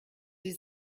sie